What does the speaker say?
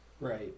Right